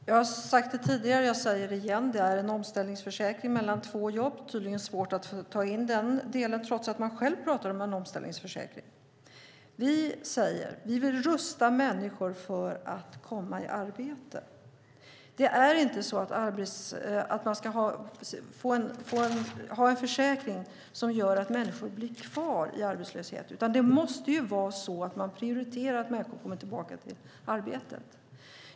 Fru talman! Jag har sagt det tidigare, och jag säger det igen: Det är en omställningsförsäkring mellan två jobb. Det är tydligen svårt att ta in den delen, trots att man själv pratar om en omställningsförsäkring. Vi vill rusta människor för att komma i arbete. Man ska inte ha en försäkring som gör att människor blir kvar i arbetslöshet. Det måste vara så att man prioriterar att människor kommer tillbaka i arbete.